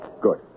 Good